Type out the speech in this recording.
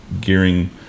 gearing